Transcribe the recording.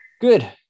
Good